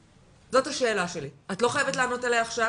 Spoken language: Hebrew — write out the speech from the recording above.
זאת השאלה שלי, את לא חייבת לענות עליה עכשיו